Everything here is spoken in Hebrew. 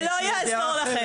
ואני זה לא יעזור לכם,